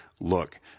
Look